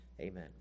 Amen